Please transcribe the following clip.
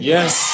Yes